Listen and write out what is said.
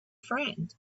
friend